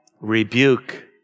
Rebuke